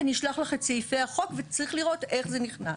אני אשלח לך את סעיפי החוק וצריך לראות איך הם נכנסים.